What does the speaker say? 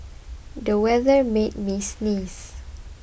the weather made me sneeze